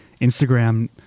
Instagram